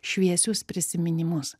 šviesius prisiminimus